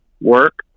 work